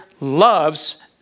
loves